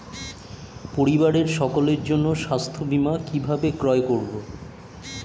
পরিবারের সকলের জন্য স্বাস্থ্য বীমা কিভাবে ক্রয় করব?